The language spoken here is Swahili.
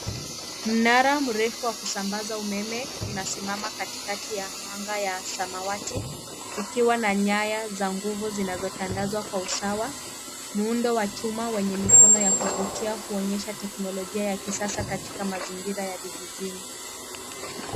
Mnara mrefu wa kusambaza umeme unasimama katikati ya anga ya samawati ukiwa na nyaya za nguvu zinazotangazwa kwa usawa. Muundo wa chuma wenye mikono ya kuvutia kuonyesha teknolojia ya kisasa katika mazingira ya vijijini.